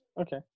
Okay